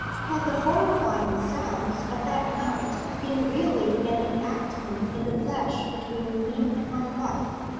had the horrifying sounds of that night been really an enactment in the flesh between me and my wife?